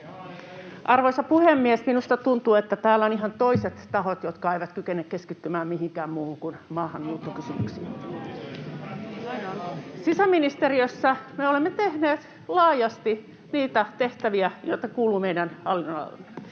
Arvoisa puhemies! Minusta tuntuu, että täällä on ihan toiset tahot, jotka eivät kykene keskittymään mihinkään muuhun kuin maahanmuuttokysymyksiin. Sisäministeriössä me olemme tehneet laajasti niitä tehtäviä, joita kuuluu meidän hallinnonalalle.